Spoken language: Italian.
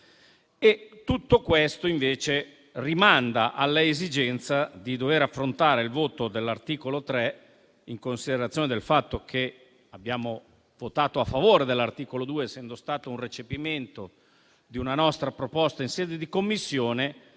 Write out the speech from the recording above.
Tutto questo invece rimanda all'esigenza di dover affrontare il voto dell'articolo 3, in considerazione del fatto che abbiamo votato a favore dell'articolo 2, essendo stato un recepimento di una nostra proposta in sede di Commissione,